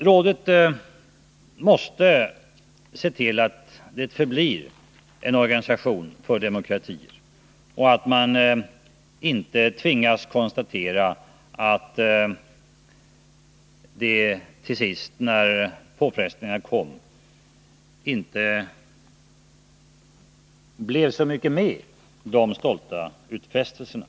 Rådet måste se till att det förblir en organisation för demokratier och att man inte tvingas konstatera att det till sist, när påfrestningarna kom, inte blev så mycket av de stolta utfästelserna.